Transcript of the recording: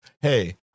Hey